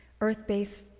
earth-based